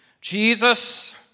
Jesus